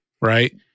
Right